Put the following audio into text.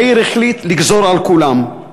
יאיר החליט לגזור על כולם.